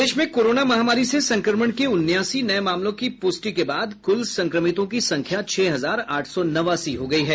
प्रदेश में कोरोना महामारी से संक्रमण के उनासी नये मामलों की पूष्टि के बाद कुल संक्रमितों की संख्या छह हजार आठ सौ नवासी हो गयी है